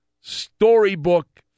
storybook